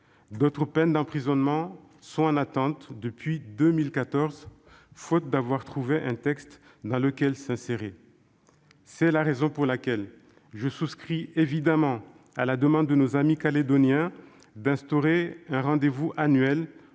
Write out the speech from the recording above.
D'autres peines d'emprisonnement sont en attente depuis 2014, faute d'avoir trouvé un texte dans lequel s'insérer ... C'est la raison pour laquelle je souscris évidemment à la demande de nos amis calédoniens d'instaurer un rendez-vous annuel,